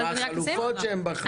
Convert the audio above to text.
החלופות שהם בחרו.